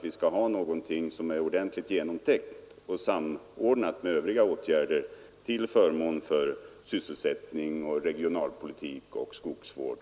Vi skall göra någonting som är ordentligt genomtänkt och samordnat med övriga åtgärder till förmån för sysselsättning, regionalpolitik och skogsvård.